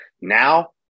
Now